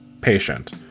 patient